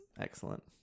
excellent